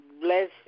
bless